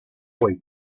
void